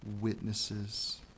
witnesses